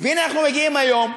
והנה, אנחנו מגיעים היום,